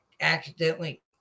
accidentally